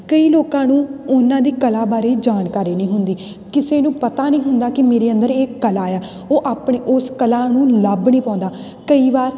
ਕਈ ਲੋਕਾਂ ਨੂੰ ਉਹਨਾਂ ਦੀ ਕਲਾ ਬਾਰੇ ਜਾਣਕਾਰੀ ਨਹੀਂ ਹੁੰਦੀ ਕਿਸੇ ਨੂੰ ਪਤਾ ਨਹੀਂ ਹੁੰਦਾ ਕਿ ਮੇਰੇ ਅੰਦਰ ਇਹ ਕਲਾ ਹੈ ਉਹ ਆਪਣੇ ਉਸ ਕਲਾ ਨੂੰ ਲੱਭ ਨਹੀਂ ਪਾਉਂਦਾ ਕਈ ਵਾਰ